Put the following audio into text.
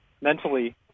mentally